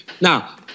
Now